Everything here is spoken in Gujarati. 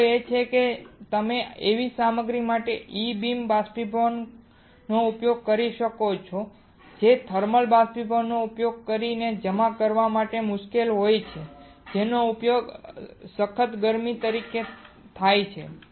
મુદ્દો એ છે કે તમે એવી સામગ્રી માટે E બીમ બાષ્પીભવનનો ઉપયોગ કરી શકો છો કે જે થર્મલ બાષ્પીભવનનો ઉપયોગ કરીને જમા કરવા માટે મુશ્કેલ હોય છે જેનો ઉપયોગ સખત ગરમી તરીકે થાય છે